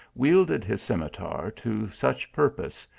wielded his scimitar to such purpose,